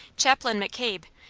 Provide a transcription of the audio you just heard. chaplain mccabe,